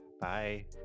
Bye